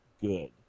good